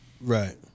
Right